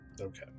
Okay